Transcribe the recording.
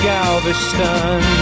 Galveston